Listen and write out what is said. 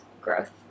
growth